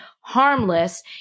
harmless